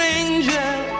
angel